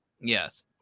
Yes